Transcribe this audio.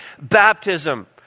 baptism